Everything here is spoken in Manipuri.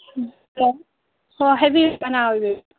ꯑꯣ ꯍꯥꯏꯕꯤꯎ ꯀꯅꯥ ꯑꯣꯏꯕꯤꯔꯕ